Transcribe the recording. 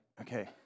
okay